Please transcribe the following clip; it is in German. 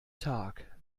tag